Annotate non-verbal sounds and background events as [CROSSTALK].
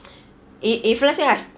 [BREATH] if if let say us